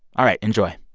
all right. enjoy